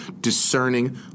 discerning